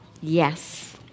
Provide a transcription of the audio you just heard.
Yes